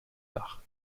dach